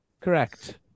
correct